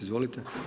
Izvolite.